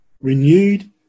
Renewed